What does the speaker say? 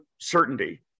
certainty